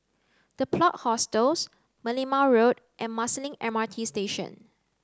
the Plot Hostels Merlimau Road and Marsiling M R T Station